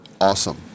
awesome